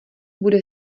bude